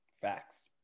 Facts